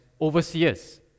overseers